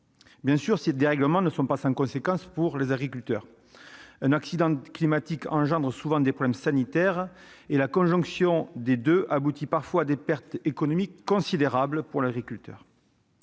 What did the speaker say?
Ces dérèglements ne sont pas sans conséquence pour les agriculteurs : un accident climatique engendre souvent des problèmes sanitaires, et la conjonction des deux aboutit parfois à des pertes économiques considérables pour l'agriculteur.